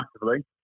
massively